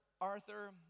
Arthur